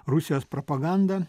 rusijos propaganda